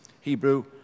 Hebrew